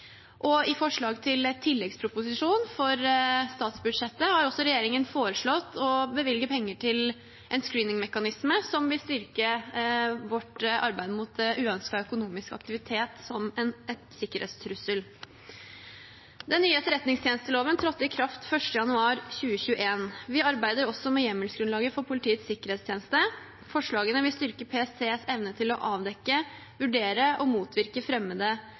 I forslag til tilleggsproposisjon for statsbudsjettet har regjeringen foreslått å bevilge penger til en screeningmekanisme som vil styrke vårt arbeid mot uønsket økonomisk aktivitet som en sikkerhetstrussel. Den nye etterretningstjenesteloven trådte i kraft 1. januar 2021. Vi arbeider også med hjemmelsgrunnlaget for Politiets sikkerhetstjeneste. Forslagene vil styrke PSTs evne til å avdekke, vurdere og motvirke fremmede